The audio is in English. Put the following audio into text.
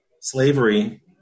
slavery